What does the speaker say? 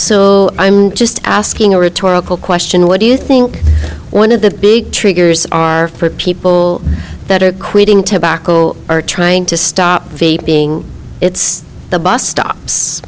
so i'm just asking a rhetorical question what do you think one of the big triggers are for people that are quitting tobacco or trying to stop being it's the bus stops